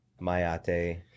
Mayate